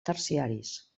terciaris